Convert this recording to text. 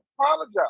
apologize